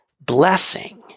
blessing